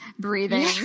breathing